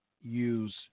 use